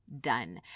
done